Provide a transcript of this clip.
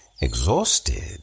exhausted